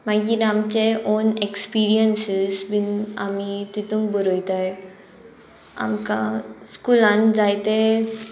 मागीर आमचे own experiences बीन आमी तितूंक बरयताय आमकां स्कुलान जायते